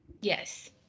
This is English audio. Yes